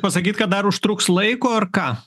pasakyt kad dar užtruks laiko ar ką